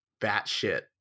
batshit